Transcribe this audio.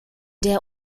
der